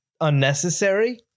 unnecessary